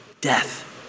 death